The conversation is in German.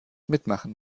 mitmachen